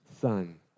son